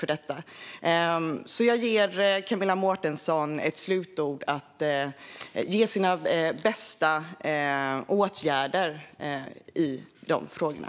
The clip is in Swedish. Jag ger alltså Camilla Mårtensen tillfälle i sin slutreplik att ge oss sina bästa åtgärder i de frågorna.